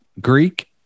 Greek